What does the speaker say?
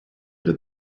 did